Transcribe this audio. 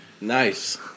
Nice